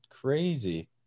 crazy